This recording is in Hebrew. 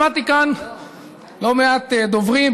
שמעתי כאן לא מעט דוברים,